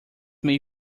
may